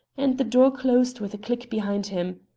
and the door closed with a click behind him.